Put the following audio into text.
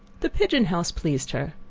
the pigeon house pleased her.